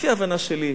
לפי ההבנה שלי,